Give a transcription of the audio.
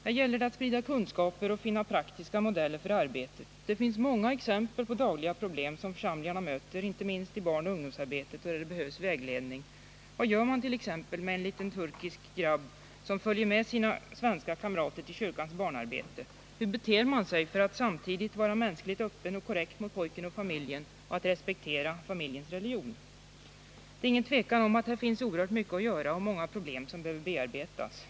Här gäller det att sprida kunskap och finna praktiska modeller för arbete. Det finns många — Den andliga vårexempel på dagliga problem som församlingarna möter, inte minst i barn — den vid sjukhusen, och ungdomsarbete, och där det behövs vägledning. Vad gör man tt.ex. med en liten turkisk grabb som följer med sina svenska kamrater till kyrkans barnarbete? Hur beter man sig för att vara mänskligt öppen och korrekt mot barnet och familjen och samtidigt respektera familjens religion? Här finns utan tvivel oerhört mycket att göra och många problem som behöver bearbetas.